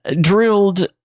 drilled